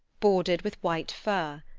bordered with white fur.